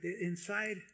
Inside